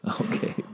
Okay